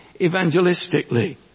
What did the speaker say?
evangelistically